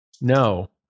No